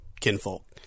kinfolk